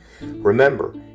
Remember